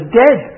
dead